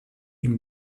une